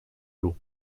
l’eau